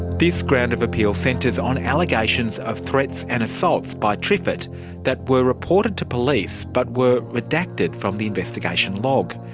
this ground of appeal centres on allegations of threats and assaults by triffett that were reported to police but were redacted from the investigation log.